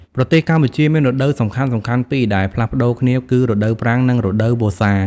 ប្រទេសកម្ពុជាមានរដូវសំខាន់ៗពីរដែលផ្លាស់ប្ដូរគ្នាគឺ រដូវប្រាំង និង រដូវវស្សា។